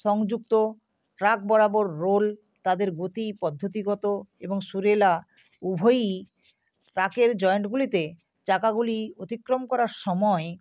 সংযুক্ত ট্র্যাক বরাবর রোল তাদের গতি পদ্ধতিগত এবং সুরেলা উভয়ই ট্র্যাকের জয়েন্টগুলিতে চাকাগুলি অতিক্রম করার সময়